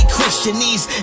Christianese